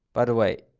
by the way,